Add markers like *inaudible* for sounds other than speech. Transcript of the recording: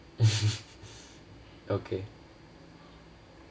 *laughs* okay